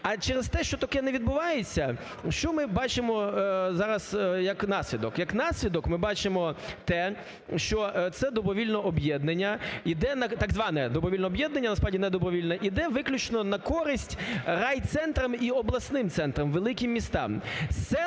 А через те, що таке не відбувається, що ми бачимо зараз, як наслідок? Як наслідок, ми бачимо те, що це добровільне об'єднання іде на – так зване, добровільне об'єднання, насправді недобровільне – іде виключно на користь райцентрам і обласним центрам, великим містам;